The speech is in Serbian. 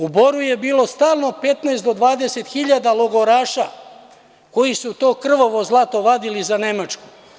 U Boru je bilo stalno 15-20 hiljada logoraša koji su to krvavo zlato vadili za Nemačku.